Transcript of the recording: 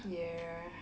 yeah